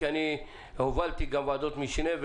כי הובלתי גם ועדות משנה,